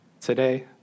today